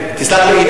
סלח לי,